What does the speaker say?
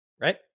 right